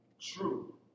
true